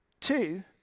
Two